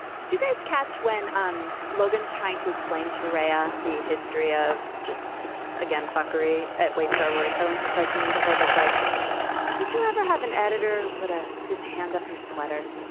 did you guys catch when um logan's trying to explain to raya the history of just again fakery at waste our royko and he says something to her that's like did you ever have an editor who put ah his hand up your sweater